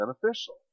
beneficial